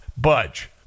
budge